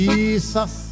Jesus